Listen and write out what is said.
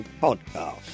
podcast